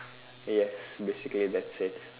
yes basically that's it